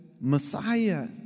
Messiah